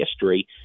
history